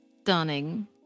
stunning